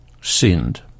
sinned